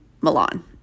Milan